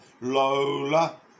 Lola